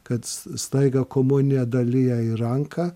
kad staiga komuniją dalija į ranką